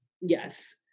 Yes